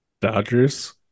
Dodgers